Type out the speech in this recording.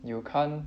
you can't